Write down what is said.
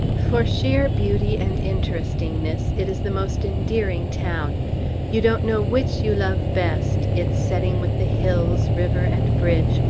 for sheer beauty and interestingness it is the most endearing town you don't know which you love best its setting with the hills, river, and bridge,